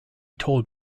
told